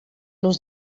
los